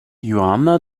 joanna